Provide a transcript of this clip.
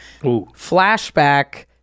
Flashback